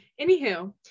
anywho